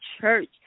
Church